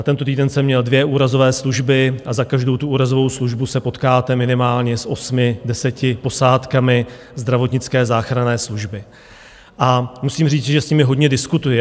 Tento týden jsem měl dvě úrazové služby a za každou tu úrazovou službu se potkáte minimálně s osmi, deseti posádkami Zdravotnické záchranné služby, a musím říci, že s nimi hodně diskutuji.